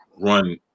run